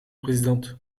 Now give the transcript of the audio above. présidente